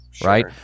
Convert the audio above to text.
Right